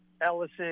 Ellison